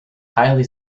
highly